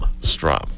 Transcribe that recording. Strom